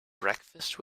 breakfast